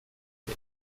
wer